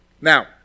Now